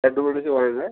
ரெண்டு மணிக்கு வாங்க